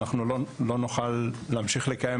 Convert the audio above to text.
אנחנו לא נוכל להמשיך לקיים,